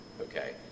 okay